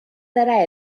zara